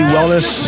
Wellness